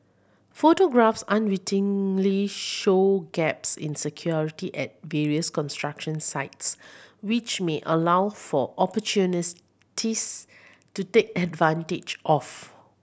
photographs unwittingly show gaps in security at various construction sites which may allow for to take advantage of